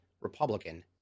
Republican